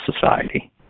Society